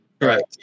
Right